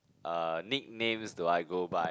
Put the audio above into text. uh nicknames do I go by